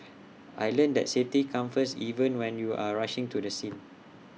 I learnt that safety comes first even when you are rushing to the scene